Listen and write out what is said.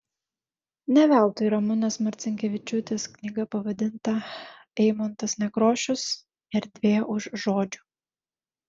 ne veltui ramunės marcinkevičiūtės knyga pavadinta eimuntas nekrošius erdvė už žodžių